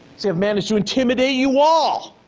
so i've managed to intimidate you all.